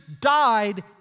died